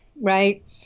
right